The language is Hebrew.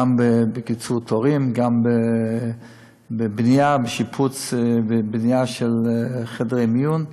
גם בקיצור תורים וגם בשיפוץ ובבנייה של חדרי מיון.